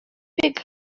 бик